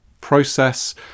process